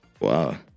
wow